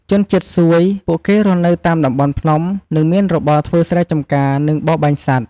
ជនជាតិសួយ ពួកគេរស់នៅតាមតំបន់ភ្នំ និងមានរបរធ្វើស្រែចម្ការ និងបរបាញ់សត្វ។